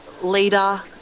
Leader